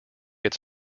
its